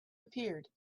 appeared